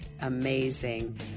amazing